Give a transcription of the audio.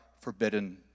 forbidden